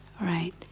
right